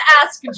ask